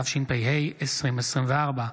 התשפ"ה 2024,